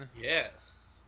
Yes